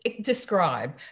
describe